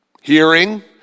Hearing